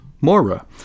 Mora